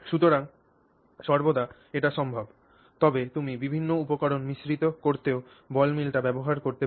সুতরাং এটি সর্বদা সম্ভব তবে তুমি বিভিন্ন উপকরণ মিশ্রিত করতেও বলমিলটি ব্যবহার করতে পার